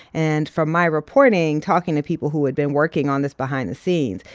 and from my reporting, talking to people who had been working on this behind the scenes,